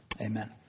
Amen